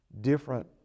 different